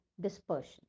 dispersion